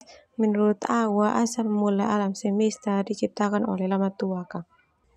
Menurut au asal mula alam semesta diciptakan oleh lamatuak.